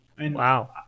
Wow